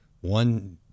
one